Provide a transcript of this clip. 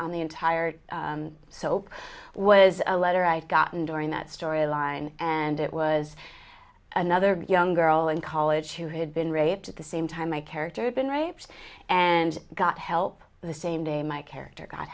on the entire soap was a letter i'd gotten during that story line and it was another young girl in college who had been raped at the same time my character had been raped and got help the same day my character got